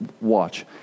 watch